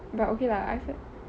but okay lah I feel